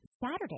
Saturday